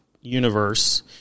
universe